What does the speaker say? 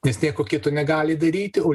nes nieko kito negali daryti o